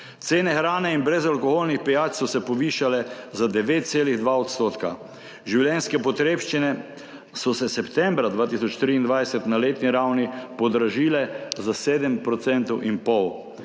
Cene hrane in brezalkoholnih pijač so se povišale za 9,2 %. Življenjske potrebščine so se septembra 2023 na letni ravni podražile za 7,5 %.